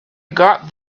got